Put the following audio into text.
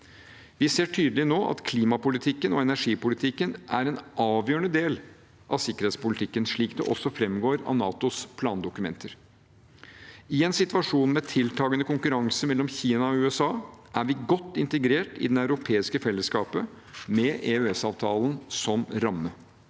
Vi ser tydelig nå at klimapolitikken og energipolitikken er en avgjørende del av sikkerhetspolitikken, slik det også framgår av NATOs plandokumenter. I en situasjon med tiltakende konkurranse mellom Kina og USA er vi godt integrert i det europeiske fellesskapet med EØS-avtalen som ramme.